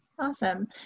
Awesome